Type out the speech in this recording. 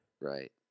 right